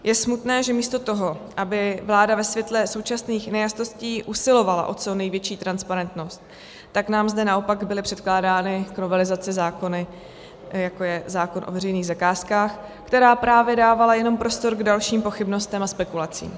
Je smutné, že místo toho, aby vláda ve světle současných nejasností usilovala o co největší transparentnost, tak nám zde naopak byly předkládány k novelizaci zákony, jako je zákon o veřejných zakázkách, které právě dávaly jenom prostor k dalším pochybnostem a spekulacím.